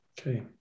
Okay